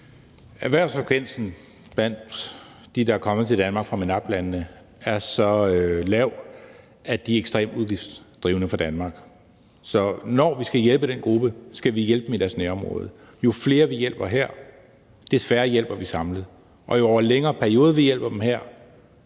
Erhvervsfrekvensen blandt dem, der er kommet til Danmark fra MENAP-landene, er så lav, at de er ekstremt udgiftsdrivende for Danmark. Så når vi skal hjælpe den gruppe, skal vi hjælpe dem i deres nærområde. Jo flere vi hjælper her, des færre hjælper vi samlet. Og jo over længere periode vi hjælper dem her,